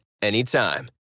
Anytime